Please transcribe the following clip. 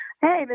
Hey